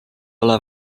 ole